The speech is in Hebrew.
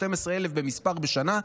12,000 במספר בשנה,